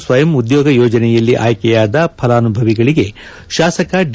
ಸ್ವಯಂ ಉದ್ಯೋಗ ಯೋಜನೆಯಲ್ಲಿ ಆಯ್ಕೆಯಾದ ಫಲಾನುಭವಿಗಳಿಗೆ ಶಾಸಕ ಡಿ